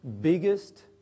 biggest